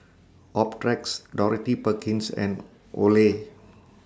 Optrex Dorothy Perkins and Olay